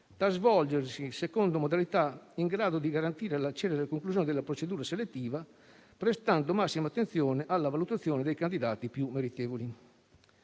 da svolgersi secondo modalità in grado di garantire la celere conclusione della procedura selettiva, prestando massima attenzione alla valutazione dei candidati più meritevoli.